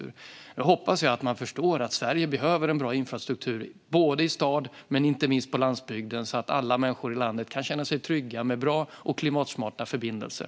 Svar på interpellationer Jag hoppas att man förstår att Sverige behöver en bra infrastruktur, både i stad och - inte minst - på landsbygden, så att alla människor i landet kan känna sig trygga med bra och klimatsmarta förbindelser.